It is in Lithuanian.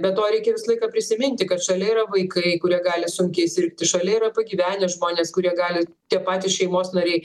be to reikia visą laiką prisiminti kad šalia yra vaikai kurie gali sunkiai sirgti šalia yra pagyvenę žmonės kurie gali tie patys šeimos nariai